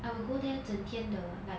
I will go there 整天的 like